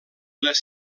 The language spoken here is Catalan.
les